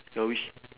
what wish